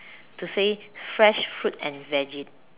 to say fresh fruits and veggie